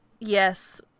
Yes